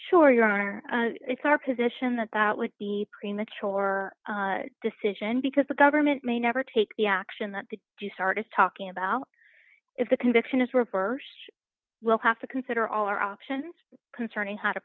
are it's our position that that would be premature decision because the government may never take the action that the do you start is talking about if the conviction is reversed we'll have to consider all our options concerning how to